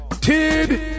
Tid